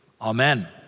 Amen